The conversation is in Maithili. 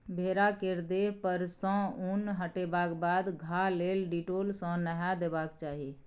भेड़ा केर देह पर सँ उन हटेबाक बाद घाह लेल डिटोल सँ नहाए देबाक चाही